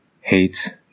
Hate